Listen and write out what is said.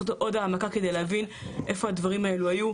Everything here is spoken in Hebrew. לעשות עוד העמקה כדי להבין איפה הדברים האלו היו.